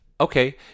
okay